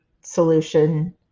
solution